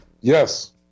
Yes